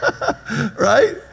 right